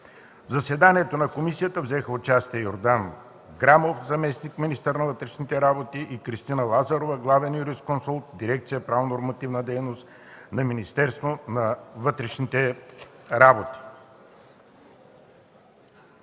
В заседанието на комисията взеха участие Йордан Грамов – заместник-министър на вътрешните работи, и Кристина Лазарова – главен юрисконсулт в дирекция „Правно-нормативна дейност” на Министерството на вътрешните работи.